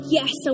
yes